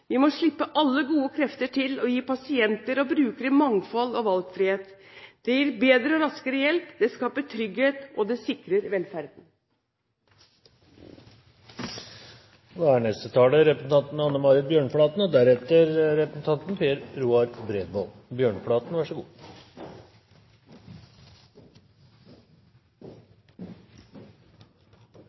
virker, må vi tenke nytt. Vi må slippe alle gode krefter til og gi pasienter og brukere mangfold og valgfrihet. Det gir bedre og raskere hjelp. Det skaper trygghet, og det sikrer